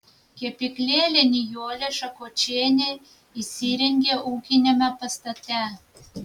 kepyklėlę nijolė šakočienė įsirengė ūkiniame pastate